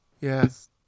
Yes